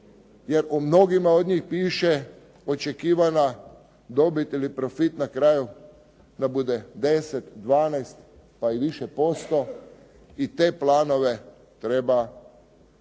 Jer u mnogima od njih piše očekivana dobit ili profit na kraju da bude 10, 12 pa i više posto i te planove treba staviti